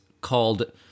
called